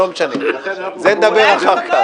על זה נדבר אחר כך.